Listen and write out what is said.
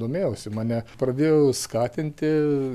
domėjausi mane pradėjau skatinti